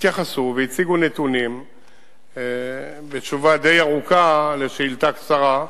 התייחסו והציגו נתונים בתשובה די ארוכה על שאילתא קצרה.